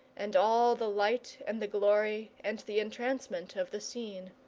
and all the light and the glory and the entrancement of the scene.